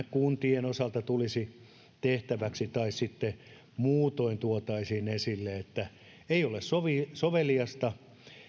kuntien osalta tulisi tehtäväksi tai sitten muutoin tuotaisiin esille että ei ole soveliasta